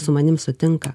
su manim sutinka